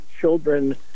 children